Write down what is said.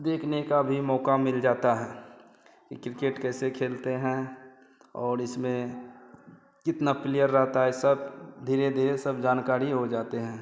देखने का भी मौक़ा मिल जाता है कि किरकेट कैसे खेलते हैं और इसमें कितने पिलेयर रहते हैं सब धीरे धीरे सब जानकारी हो जाती है